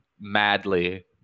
madly